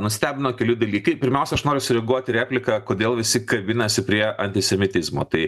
nustebino keli dalykai pirmiausia aš noriu sureaguot į repliką kodėl visi kabinasi prie antisemitizmo tai